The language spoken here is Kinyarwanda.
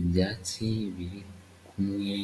Ibyatsi biri kumwe